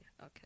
okay